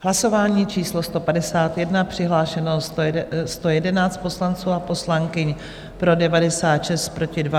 Hlasování číslo 151, přihlášeno 111 poslanců a poslankyň, pro 96, proti dva.